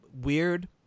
weird